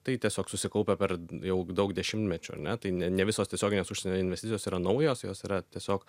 tai tiesiog susikaupę per jau daug dešimtmečių ar ne tai ne ne visos tiesioginės užsienio investicijos yra naujos jos yra tiesiog